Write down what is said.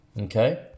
Okay